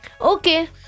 Okay